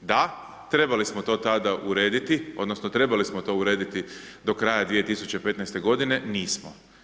Da, trebali smo to tada urediti, odnosno, trebali smo to urediti do kraja 2015. g. nismo.